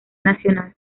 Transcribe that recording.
nacional